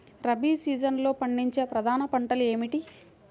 రబీ సీజన్లో పండించే ప్రధాన పంటలు ఏమిటీ?